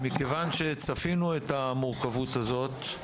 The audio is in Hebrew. כיוון שצפינו את המורכבות הזאת,